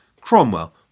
Cromwell